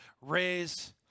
raise